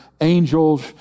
angels